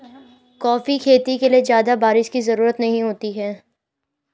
coffee खेती के लिए ज्यादा बाऱिश की जरूरत नहीं होती है